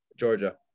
Georgia